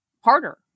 harder